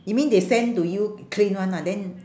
you mean they send to you clean one lah then